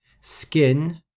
Skin